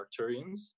arcturians